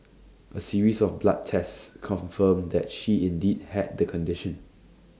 A series of blood tests confirmed that she indeed had the condition